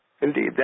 Indeed